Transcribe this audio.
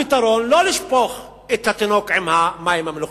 הפתרון, לא לשפוך את התינוק עם המים המלוכלכים,